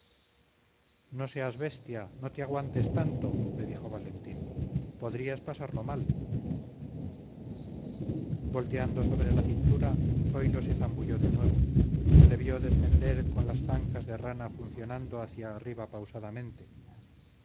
no seas bestia no te aguantes tanto le dijo valentín podrías pasarlo mal volteando sobre la cintura zoilo se zambulló de nuevo se le vio descender con las zancas de rana funcionando hacia arriba pausadamente